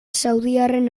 saudiarren